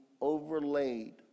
overlaid